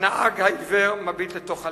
הנהר העיוור מביט לתוך הלילה.